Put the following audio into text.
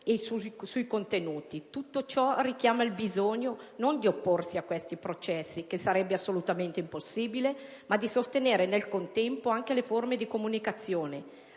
Tutto ciò richiama il bisogno, non di opporsi a tali processi che sarebbe assolutamente impossibile, ma di sostenere nel contempo anche le forme di comunicazione: